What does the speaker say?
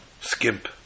skimp